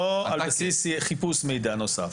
לא על בסיס חיפוש מידע נוסף.